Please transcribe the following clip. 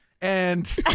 And-